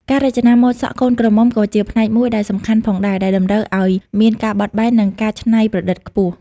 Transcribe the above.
ការរចនាម៉ូដសក់កូនក្រមុំក៏ជាផ្នែកមួយដែលសំខាន់ផងដែរ ដែលតម្រូវឱ្យមានការបត់បែន និងការច្នៃប្រឌិតខ្ពស់។